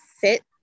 fit